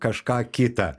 kažką kita